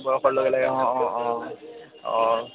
বয়সৰ লগে লগে অঁ অঁ অঁ অঁ